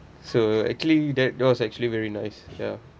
so actually that was actually very nice ya